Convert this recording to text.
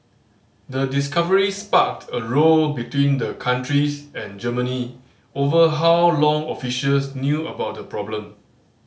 the discovery sparked a row between the countries and Germany over how long officials knew about the problem